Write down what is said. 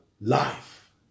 life